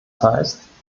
heißt